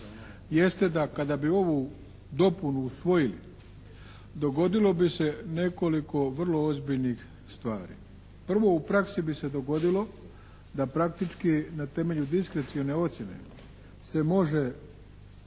jeste da kada bi ovu dopunu usvojili dogodilo bi se nekoliko vrlo ozbiljnih stvari. Prvo, u praksi bi se dogodilo da praktički na temelju diskrecione ocjene se može